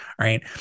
right